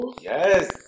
Yes